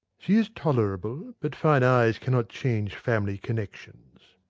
she is tolerable, but fine eyes cannot change family connections.